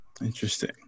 interesting